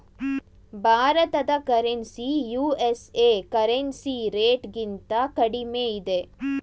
ಭಾರತದ currency USA currency ರೇಟ್ಗಿಂತ ಕಡಿಮೆ ಇದೆ